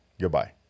Goodbye